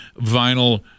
vinyl